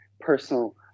personal